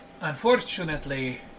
unfortunately